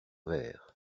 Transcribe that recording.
verts